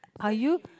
are you